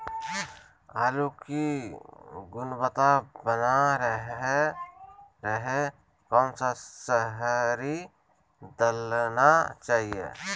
आलू की गुनबता बना रहे रहे कौन सा शहरी दलना चाये?